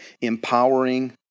empowering